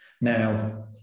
Now